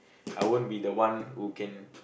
I won't be the one who can